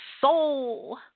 soul